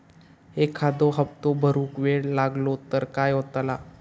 एखादो हप्तो भरुक वेळ लागलो तर काय होतला?